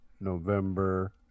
November